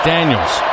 Daniels